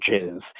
images